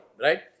right